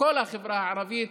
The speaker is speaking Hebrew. בכל החברה הערבית,